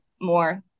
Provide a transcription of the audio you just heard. more